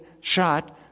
shot